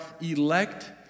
elect